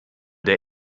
der